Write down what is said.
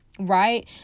right